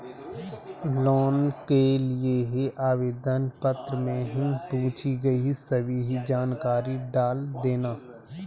loan के लिए आवेदन पत्र में पूछी गई सभी जानकारी डाल देना